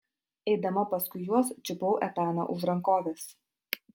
eidama paskui juos čiupau etaną už rankovės